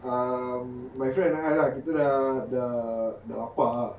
um my friend and I lah kita dah dah dah lapar ah